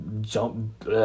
jump